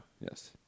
Yes